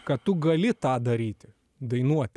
kad tu gali tą daryti dainuoti